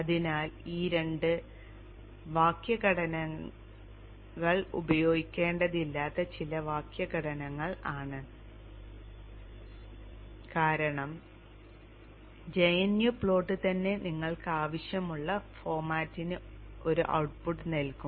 അതിനാൽ ഈ രണ്ട് വാക്യഘടനകൾ ഉപയോഗിക്കേണ്ടതില്ലാത്ത ചില വാക്യഘടനകൾ ആണ് കാരണം g n u പ്ലോട്ട് തന്നെ നിങ്ങൾക്ക് ആവശ്യമുള്ള ഫോർമാറ്റിന് ഒരു ഔട്ട്പുട്ട് നൽകും